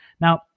now